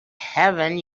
heaven